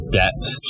depth